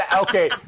okay